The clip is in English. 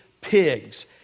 pigs